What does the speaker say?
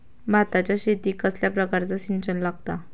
भाताच्या शेतीक कसल्या प्रकारचा सिंचन लागता?